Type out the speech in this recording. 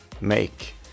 make